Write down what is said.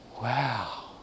Wow